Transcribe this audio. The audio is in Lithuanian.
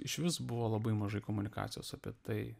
išvis buvo labai mažai komunikacijos apie tai